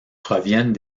proviennent